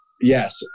Yes